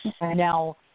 Now